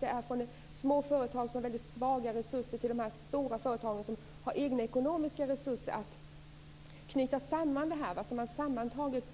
Där finns små företag med svaga resurser till stora företag med egna ekonomiska resurser att knyta